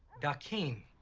dakeem.